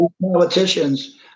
politicians